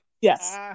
Yes